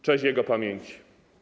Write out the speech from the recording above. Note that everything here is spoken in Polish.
Cześć jego pamięci!